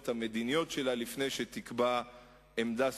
המדיניות שלה לפני שתקבע עמדה סופית,